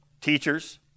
teachers